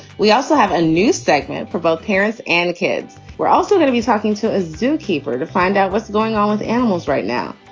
we also have a new segment for both parents and kids. we're also going to be talking to a zookeeper to find out what's going on with animals right now.